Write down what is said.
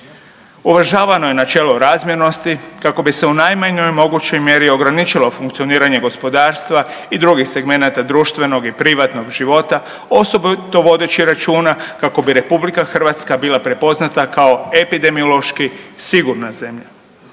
Uvažavano je načelo razmjernosti kako bi se u najmanjoj mogućoj mjeri ograničilo funkcioniranje gospodarstva i drugih segmenata društvenog i privatnog života, osobito vodeći računa kako bi RH bila prepoznata kao epidemiološki sigurna zemlja.